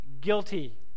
guilty